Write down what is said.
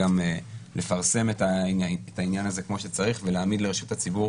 גם לפרסם את העניין הזה כמו שצריך ולהעמיד לרשות הציבור